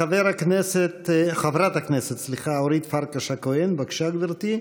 חברת הכנסת אורית פרקש הכהן, בבקשה, גברתי,